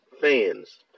fans